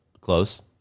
Close